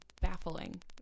baffling